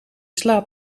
slaat